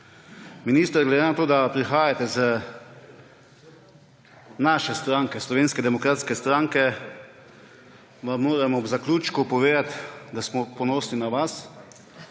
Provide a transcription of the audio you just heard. Minister, glede na to, da prihajate iz naše stranke, Slovenske demokratske stranke, vam moram ob zaključku povedati, da smo ponosni na vas.